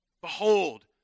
behold